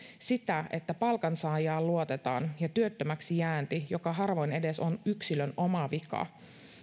sitä että palkansaajaan luotetaan ja työttömäksi jäänti joka harvoin edes on yksilön oma vika